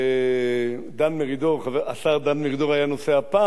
ודן מרידור, השר דן מרידור, היה נוסע פעם אבל,